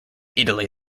italy